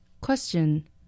Question